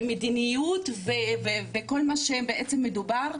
מדיניות וכל מה מדובר,